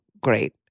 Great